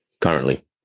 currently